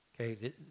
Okay